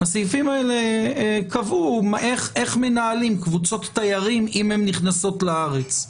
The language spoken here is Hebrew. הסעיפים האלה קבעו איך מנהלים קבוצות תיירים אם הן נכנסות לארץ,